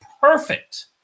perfect